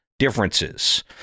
Differences